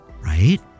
right